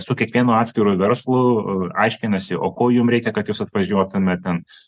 su kiekvienu atskiru verslu u aiškinasi o ko jum reikia kad jūs atvažiuotumėt ten